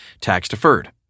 tax-deferred